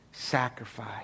sacrifice